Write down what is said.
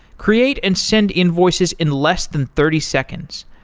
create and send invoices in less than thirty seconds.